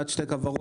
עד שתי כוורות,